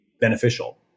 beneficial